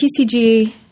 TCG –